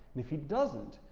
and if he doesn't,